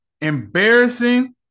Embarrassing